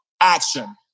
action